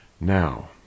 Now